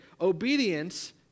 Obedience